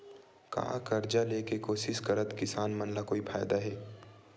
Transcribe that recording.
का कर्जा ले के कोशिश करात किसान मन ला कोई फायदा हे?